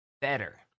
better